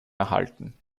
erhalten